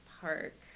park